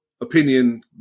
opinion